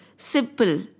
Simple